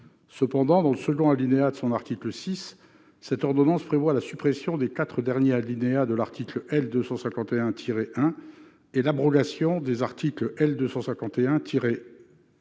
». Or, par le II de son article 6, cette ordonnance prévoit la suppression des quatre derniers alinéas de l'article L. 251-1 et l'abrogation des articles L. 251-2,